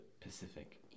Pacific